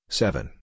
seven